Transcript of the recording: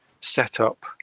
setup